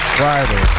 friday